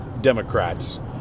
Democrats